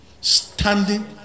standing